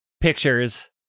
pictures